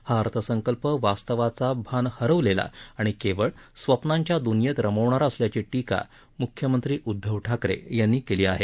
हा अर्थसंकल्प वास्तवाचा भान हरवलेला आणि केवळ स्वप्नांच्या दुनियेत स्मवणारा असल्याची टीका मुख्यमंत्री उद्धव ठाकरे यांनी केली आहे